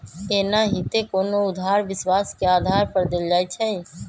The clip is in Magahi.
एनाहिते कोनो उधार विश्वास के आधार पर देल जाइ छइ